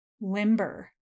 limber